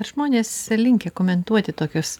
ar žmonės linkę komentuoti tokius